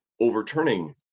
overturning